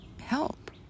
help